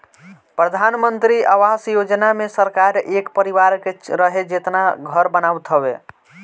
प्रधानमंत्री आवास योजना मे सरकार एक परिवार के रहे जेतना घर बनावत हवे